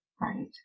right